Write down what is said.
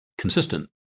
consistent